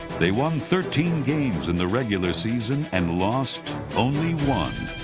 they won thirteen games in the regular season and lost only one.